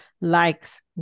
likes